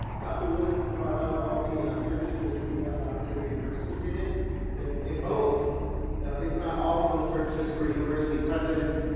dr. williams has brought up all the searches that he's had an opportunity to participate in and in most if not all of those searches for university presidents,